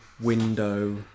window